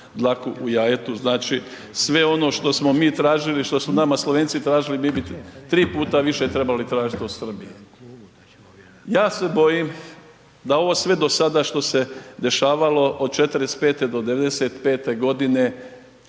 dlaku u jajetu, znači sve ono što smo mi tražili, što su nama Slovenci tražili, mi bi tri puta više trebali tražiti od Srbije. Ja se bojim da ovo sve do sada što se dešavalo od '45. do '95. g.